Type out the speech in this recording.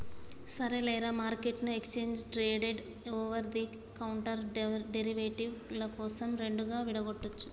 సరేలేరా, మార్కెట్ను exchange traded over the counter derivative ల కోసం రెండుగా విడగొట్టొచ్చు